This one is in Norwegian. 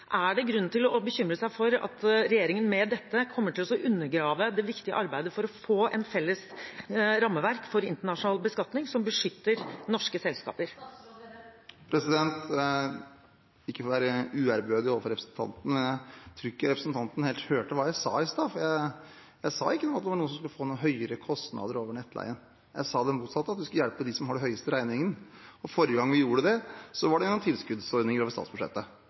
Er det grunn til å bekymre seg for at regjeringen med dette kommer til å undergrave det viktige arbeidet for å få et felles rammeverk for internasjonal beskatning som beskytter norske selskaper? Ikke for å være uærbødig overfor representanten, men jeg tror ikke hun helt hørte hva jeg sa i stad, for jeg sa ikke noe om at det var noen som skulle få høyere kostnader over nettleien, jeg sa det motsatte, at vi skulle hjelpe dem som har de høyeste regningene. Forrige gang vi gjorde det, var det gjennom tilskuddsordninger over statsbudsjettet.